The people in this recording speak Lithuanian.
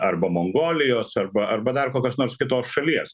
arba mongolijos arba arba dar kokios nors kitos šalies